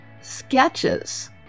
sketches